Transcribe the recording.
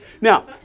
Now